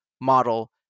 model